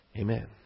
Amen